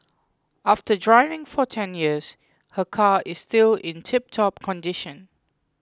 after driving for ten years her car is still in tiptop condition